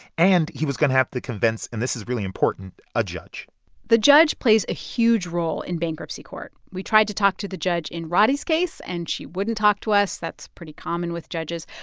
and he was going to have to convince and this is really important a judge the judge plays a huge role in bankruptcy court. we tried to talk to the judge in roddey's case, and she wouldn't talk to us. that's pretty common with judges.